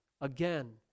again